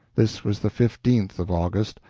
this was the fifteenth of august,